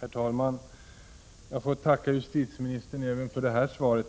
Herr talman! Jag får tacka justitieministern även för det här svaret.